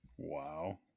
Wow